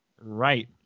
Right